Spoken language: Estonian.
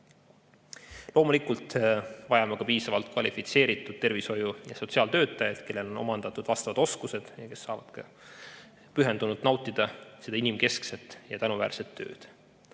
Loomulikult vajame ka piisavalt kvalifitseeritud tervishoiu- ja sotsiaaltöötajaid, kellel on omandatud vastavad oskused ja kes saavad pühendunult nautida seda inimkeskset ja tänuväärset tööd.